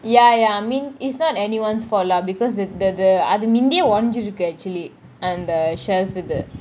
ya ya I mean it's not anyone's fault lah because the the the அது மிந்தியே ஊசி இருந்துச்சி :athu minthiyae odanchi irunthuchi actually and the shelf இது :ithu